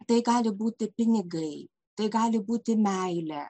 tai gali būti pinigai tai gali būti meilė